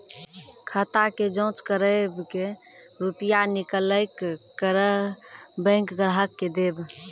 खाता के जाँच करेब के रुपिया निकैलक करऽ बैंक ग्राहक के देब?